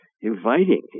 inviting